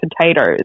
Potatoes